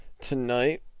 tonight